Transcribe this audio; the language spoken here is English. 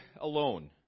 alone